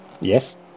Yes